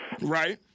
Right